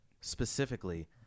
specifically